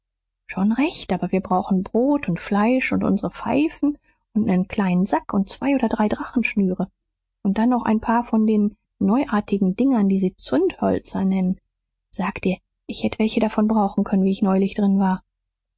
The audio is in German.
schon recht aber wir brauchen brot und fleisch und unsere pfeifen und nen kleinen sack und zwei oder drei drachenschnüre und dann noch n paar von den neuartigen dingern die sie zündhölzer nennen sag dir ich hätt welche davon brauchen können wie ich neulich drin war